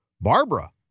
Barbara